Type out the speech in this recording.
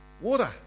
water